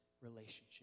relationship